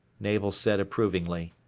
navel said approvingly.